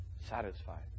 Satisfied